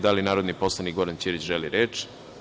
Da li narodni poslanik Goran Ćirić želi reč?